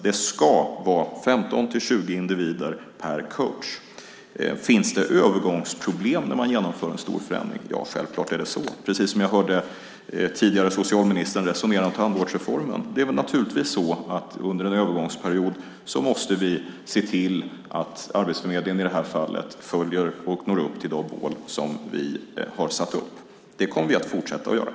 Det ska vara 15-20 individer per coach. Finns det övergångsproblem när man genomför en stor förändring? Självklart är det så. Det är precis som jag hörde tidigare socialministern resonera om tandvårdsreformen. Det är naturligtvis så att vi under en övergångsperiod måste se till att i det här fallet Arbetsförmedlingen följer och når upp till de mål som vi har satt upp. Det kommer vi att fortsätta att göra.